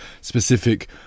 specific